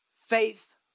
faith